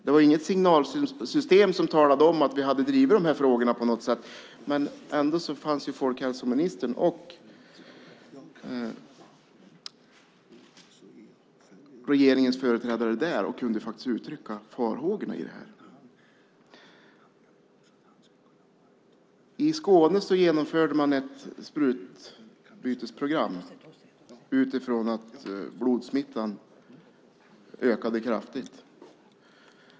Det fanns inget signalsystem som talade om att vi hade drivit frågorna på något sätt, men ändå fanns folkhälsoministern och regeringens företrädare där och kunde uttrycka farhågorna. I Skåne har man genomfört ett sprutbytesprogram utifrån att blodsmittan ökade kraftigt.